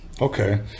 Okay